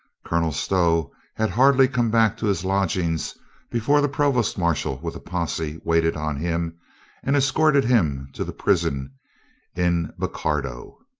colonel stow had hardly come back to his lodg ings before the provost marshal with a posse waited on him and escorted him to the prison in bocardo.